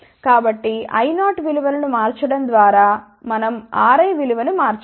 కాబట్టి I0 విలువను మార్చడం ద్వారా మనం Ri విలువ ను మార్చవచ్చు